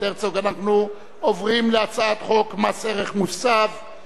אנחנו עוברים להצעת חוק מס ערך מוסף (תיקון,